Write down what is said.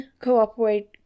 cooperate